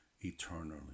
eternally